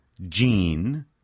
Gene